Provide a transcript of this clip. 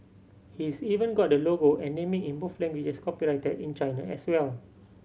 he's even got the logo and naming in both languages copyrighted in China as well